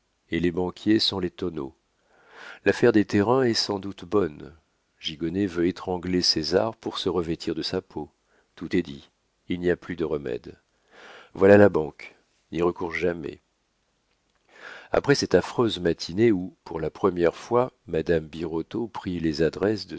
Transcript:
et les banquiers sont les tonneaux l'affaire des terrains est sans doute bonne gigonnet veut étrangler césar pour se revêtir de sa peau tout est dit il n'y a plus de remède voilà la banque n'y recours jamais après cette affreuse matinée où pour la première fois madame birotteau prit les adresses